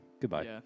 Goodbye